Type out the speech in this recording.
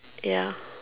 ya